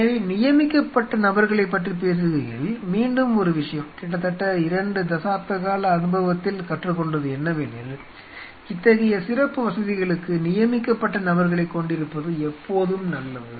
எனவே நியமிக்கப்பட்ட நபர்களைப் பற்றிப் பேசுகையில் மீண்டும் ஒரு விஷயம் கிட்டத்தட்ட 2 தசாப்த கால அனுபவத்தில் கற்றுக்கொண்டது என்னவெனில் இத்தகைய சிறப்பு வசதிகளுக்கு நியமிக்கப்பட்ட நபர்களைக் கொண்டிருப்பது எப்போதும் நல்லது